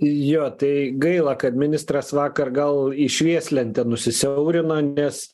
jo tai gaila kad ministras vakar gal į švieslentę nusisiaurino nes